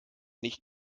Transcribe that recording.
nicht